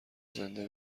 زنده